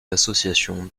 l’association